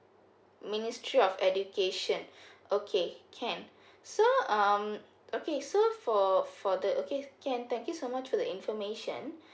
ministry of education okay can so um okay so for for that okay can thank you so much for the information